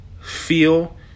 feel